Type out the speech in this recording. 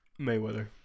Mayweather